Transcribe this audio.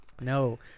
No